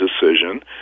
decision